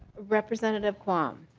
representative quam